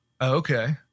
Okay